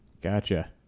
Gotcha